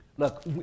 Look